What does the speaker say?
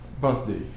Birthday